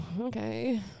okay